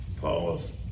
pause